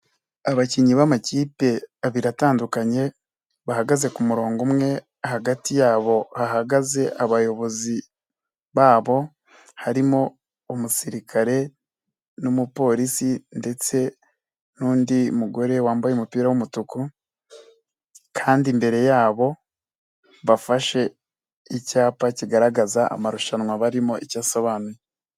Abakinnyi b'amakipe abiri atandukanye, bahagaze ku murongo umwe hagati yabo hahagaze abayobozi babo, harimo umusirikare n'umupolisi ndetse n'undi mugore wambaye umupira w'umutuku, kandi imbere yabo bafashe icyapa kigaragaza amarushanwa barimo icyo asobanuye.